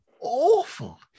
awful